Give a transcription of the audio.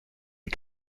les